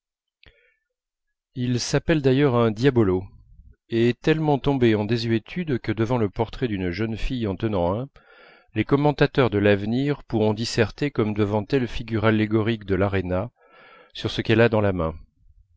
il s'appelle d'ailleurs un diabolo et est tellement tombé en désuétude que devant le portrait d'une jeune fille en tenant un les commentateurs de l'avenir pourront disserter comme devant telle figure allégorique de l'arêna sur ce qu'elle a dans la main